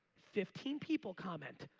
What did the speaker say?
fifteen people comment.